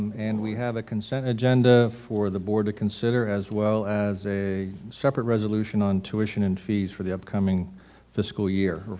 and we have a consent agenda for the board to consider as well as a separate resolution on tuition and fees for the upcoming fiscal year.